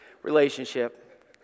relationship